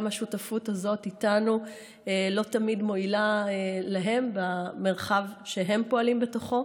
גם השותפות הזאת איתנו לא תמיד מועילה להם במרחב שהם פועלים בתוכו,